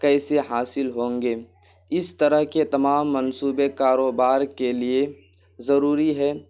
کیسے حاصل ہوں گے اس طرح کے تمام منصوبے کاروبار کے لیے ضروری ہے